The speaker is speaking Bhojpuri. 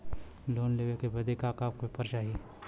लोन लेवे बदे का का पेपर चाही?